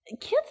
Kids